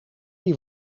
die